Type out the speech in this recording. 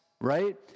right